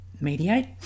mediate